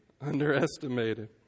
underestimated